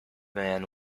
man